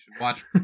watch